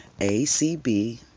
ACB